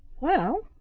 well,